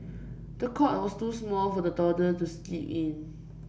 the cot was too small for the toddler to sleep in